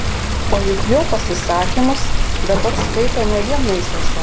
o juk jo pasisakymus dabar skaito ne vien naisiuose